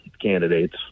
candidates